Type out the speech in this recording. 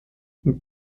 mit